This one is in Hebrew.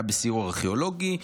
היה בסיור ארכיאולוגי,